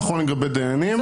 נכון לגבי דיינים,